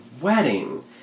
wedding